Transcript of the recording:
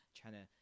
China